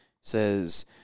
says